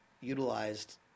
utilized